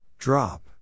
Drop